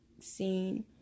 scene